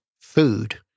food